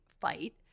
fight